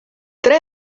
tre